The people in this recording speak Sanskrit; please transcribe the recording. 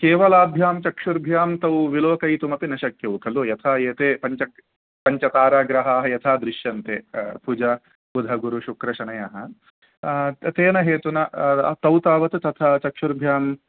केवलाभ्यां चक्षुर्भ्यां तौ विलोकयितुमपि न शक्यौ खलु यथा एते पञ्च पञ्चताराग्रहाः यथा दृश्यन्ते कुजः बुधगुरुशुक्रशनयः तेन हेतुना तौ तावत् तथा चक्षुर्भ्यां